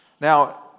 Now